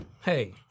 hey